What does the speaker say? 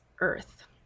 earth